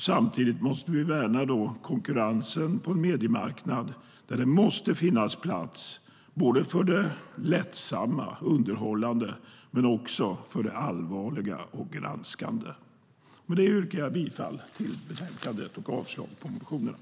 Samtidigt ska vi värna konkurrensen på en mediemarknad där det måste finnas plats för det lättsamma, underhållande och för det allvarliga och granskande. Med detta yrkar jag bifall till förslaget i betänkandet och avslag på motionerna.